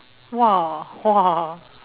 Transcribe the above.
!wow! !wow!